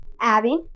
Abby